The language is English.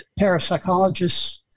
parapsychologists